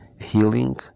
healing